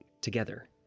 together